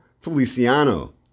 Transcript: Feliciano